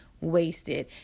wasted